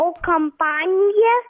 o kampanija